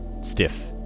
stiff